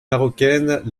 marocaines